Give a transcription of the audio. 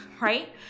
right